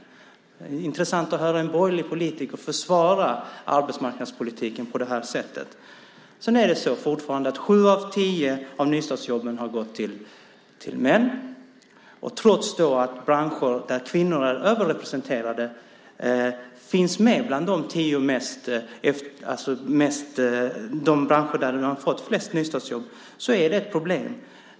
Det är intressant att höra en borgerlig politiker försvara arbetsmarknadspolitiken på det här sättet. Det är fortfarande så att sju av tio nystartsjobb har gått till män. Och trots att branscher där kvinnor är överrepresenterade finns med bland de branscher som har fått flest nystartsjobb är det ett problem.